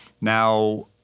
Now